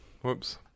Whoops